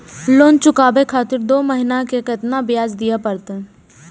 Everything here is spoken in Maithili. लोन चुकाबे खातिर दो महीना के केतना ब्याज दिये परतें?